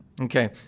Okay